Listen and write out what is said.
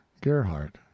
gerhardt